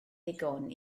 ddigon